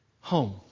home